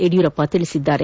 ಯಡಿಯೂರಪ್ಪ ಹೇಳಿದ್ದಾರೆ